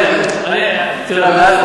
תראה,